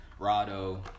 Rado